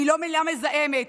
היא לא מילה מזהמת.